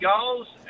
goals